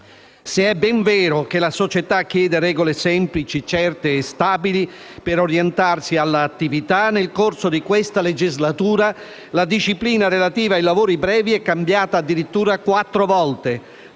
Se è ben vero che la società chiede regole semplici, certe e stabili per orientarsi all'attività, nel corso di questa legislatura la disciplina relativa ai lavori brevi è cambiata addirittura quattro volte.